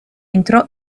entrò